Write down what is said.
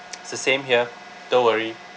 it's the same here don't worry